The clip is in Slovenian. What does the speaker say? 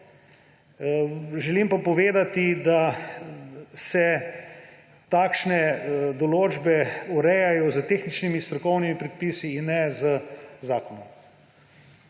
želim pa povedati, da se takšne določbe urejajo s tehničnimi, strokovnimi predpisi in ne z zakonom.